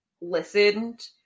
listened